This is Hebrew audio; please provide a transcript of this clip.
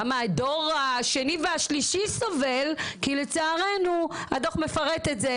גם הדור השני והשלישי סובל כי לצערנו הדוח מפרט את זה,